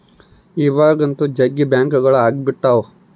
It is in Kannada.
ಇವಾಗಂತೂ ಜಗ್ಗಿ ಬ್ಯಾಂಕ್ಗಳು ಅಗ್ಬಿಟಾವ